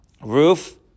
roof